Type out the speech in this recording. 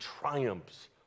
triumphs